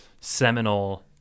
seminal